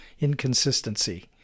Inconsistency